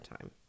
time